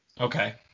Okay